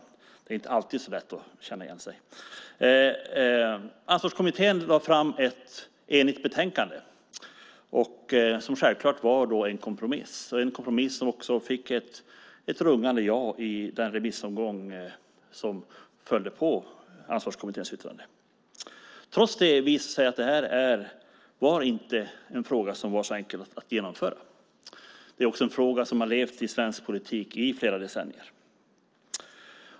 Det är inte alltid så lätt att känna igen sig. Ansvarskommittén lade fram ett enigt betänkande som självfallet var en kompromiss. Det var en kompromiss som också fick ett rungande ja i den remissomgång som följde på Ansvarskommitténs yttrande. Trots det visade det sig att det var en fråga som inte var så enkel att genomföra. Det är också en fråga som har levt i svensk politik i flera decennier.